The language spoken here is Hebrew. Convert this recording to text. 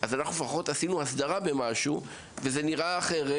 לפחות עשינו הסדרה במשהו וזה נראה אחרת.